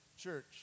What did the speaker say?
church